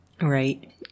Right